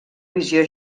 visió